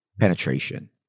penetration